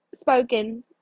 spoken